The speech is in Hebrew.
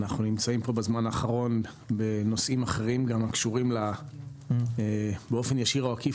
אנחנו נמצאים פה בזמן האחרון בנושאים אחרים הקשורים באופן ישיר או עקיף